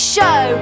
Show